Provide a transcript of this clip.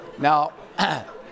Now